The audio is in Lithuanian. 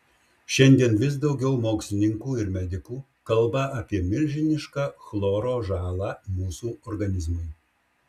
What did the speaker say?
šiandien vis daugiau mokslininkų ir medikų kalba apie milžinišką chloro žalą mūsų organizmui